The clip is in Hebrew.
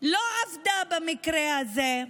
לא עבדה במקרה הזה.